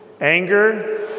anger